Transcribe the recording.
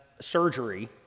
surgery